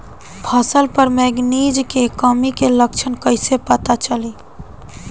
फसल पर मैगनीज के कमी के लक्षण कइसे पता चली?